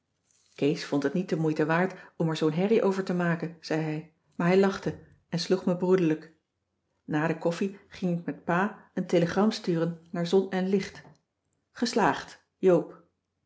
kees vond het niet de moeite waard om er zoo'n herrie over te maken zei hij maar hij lachte en sloeg me broederlijk na de koffie ging ik met pa een telegram sturen naar zon en licht geslaagd joop dat